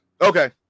okay